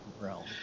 realm